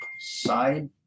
side